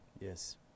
Yes